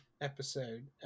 episode